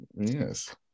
Yes